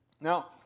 Now